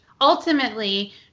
ultimately